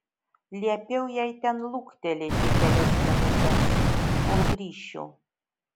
liepiau jai ten luktelėti kelias minutes kol grįšiu